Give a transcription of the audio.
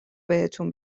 بهتون